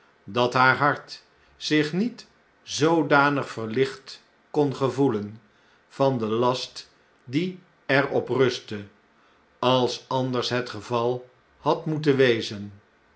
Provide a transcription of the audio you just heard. dat haar hart zich niet zoodanig verlicht kon gevoelen van den last die er op rustte als anders het geval had moeten wezen